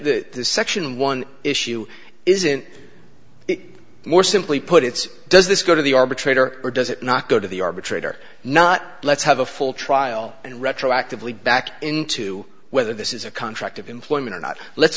this section one issue isn't it more simply put it's does this go to the arbitrator or does it not go to the arbitrator not let's have a full trial and retroactively back into whether this is a contract of employment or not let's